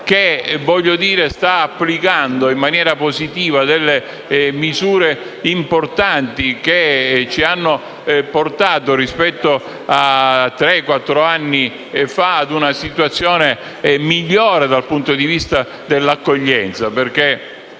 che sta applicando in maniera positiva delle misure importanti che ci hanno portato, rispetto a tre o quattro anni fa, ad una situazione migliore dal punto di vista dell'accoglienza.